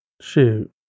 shoot